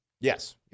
Yes